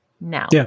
now